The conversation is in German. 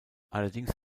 allerdings